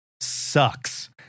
sucks